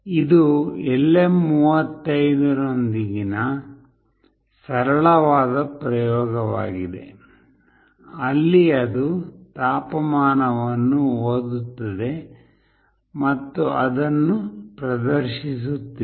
ಇದು LM35 ನೊಂದಿಗೆ ಸರಳವಾದ ಪ್ರಯೋಗವಾಗಿದೆ ಅಲ್ಲಿ ಅದು ತಾಪಮಾನವನ್ನು ಓದುತ್ತದೆ ಮತ್ತು ಅದನ್ನು ಪ್ರದರ್ಶಿಸುತ್ತಿದೆ